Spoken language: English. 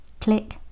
Click